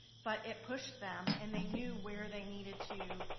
but it pushed them and they knew where they needed to